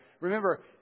Remember